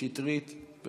1085, 1091, 1103